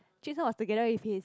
Jun Sheng was together with his